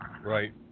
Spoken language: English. Right